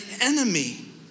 enemy